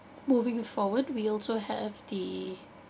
moving forward we also have the